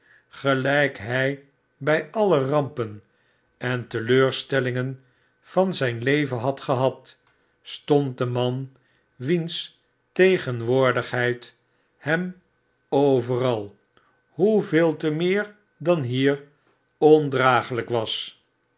hij bij alle rampen en teleurstelling van zijn leven had gedaan stond de man wiens tegen woordigheid hem overal hoeveel te meer dan hier ondragelijk was